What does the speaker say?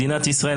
מדינת ישראל,